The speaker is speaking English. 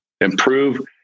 improve